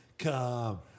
Come